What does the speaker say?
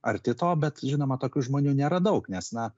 arti to bet žinoma tokių žmonių nėra daug nes na